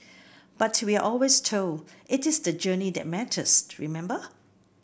but we are always told it is the journey that matters remember